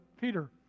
Peter